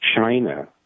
China